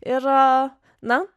ir na